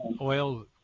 oil